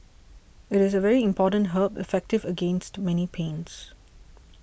it is a very important herb effective against many pains